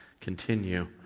continue